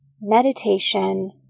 meditation